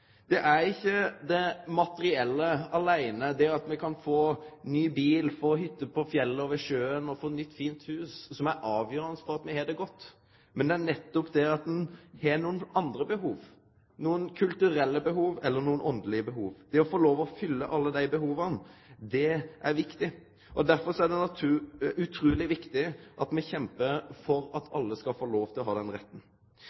Det er ikkje det materielle aleine – det at me kan få ny bil, hytte på fjellet og ved sjøen og nytt, fint hus – som er avgjerande for om me har det godt, men det er nettopp det at ein har nokre andre behov, nokre kulturelle behov eller nokre åndelege behov. Det å få lov å fylle alle dei behova er viktig. Derfor er det utruleg viktig at me kjempar for at